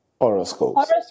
horoscopes